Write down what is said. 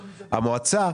המועצה,